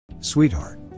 sweetheart